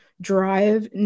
drive